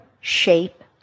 shape